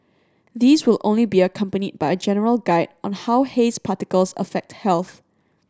these will only be accompanied by a general guide on how haze particles affect health